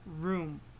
room